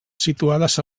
situades